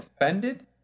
offended